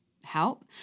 help